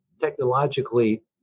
technologically